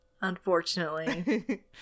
unfortunately